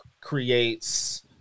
creates